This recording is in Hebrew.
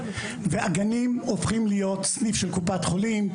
והגנים הופכים להיות סניף של קופת חולים.